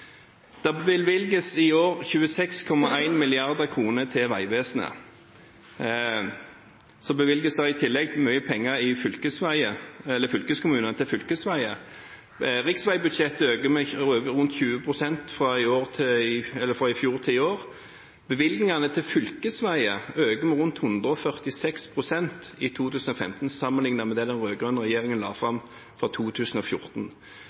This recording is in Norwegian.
Det bevilges i år over 26 mrd. kr til Vegvesenet. Så bevilges det i tillegg mye penger til fylkeskommunene til fylkesveier. Riksveibudsjettet øker med rundt 20 pst. fra i fjor til i år. Bevilgningene til fylkesveier øker med rundt 146 pst. i 2015 sammenlignet med det den rød-grønne regjeringen la fram for 2014.